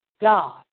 God